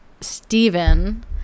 Steven